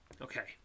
Okay